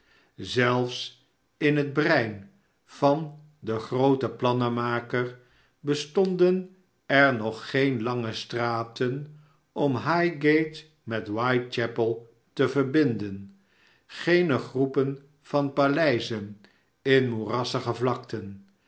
zelfs in het brein van den grootsten plannenmaker bestonden er nog geene lange straten om highgate met whitechapel te verbinden geene groepen van paleizen in moerassige vlakten